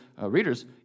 readers